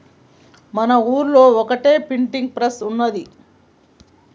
మా ఊళ్లో ఒక్కటే ప్రింటింగ్ ప్రెస్ ఉన్నది